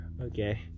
okay